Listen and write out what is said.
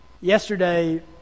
Yesterday